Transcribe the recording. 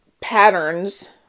patterns